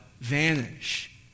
vanish